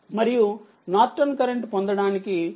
మరియు Norton current పొందడానికి అంటేiNiSC